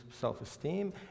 self-esteem